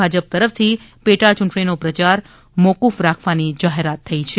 ભાજપ તરફથી પેટા ચૂંટણીનો પ્રચાર મોકુફ રાખવાની જાહેરાત થઈ છે